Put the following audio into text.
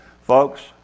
folks